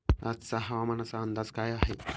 आजचा हवामानाचा अंदाज काय आहे?